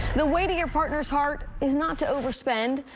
the way to your partner's heart is not to overspend.